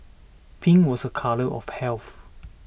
pink was a colour of health